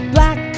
Black